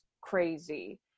crazy